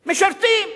משרתים.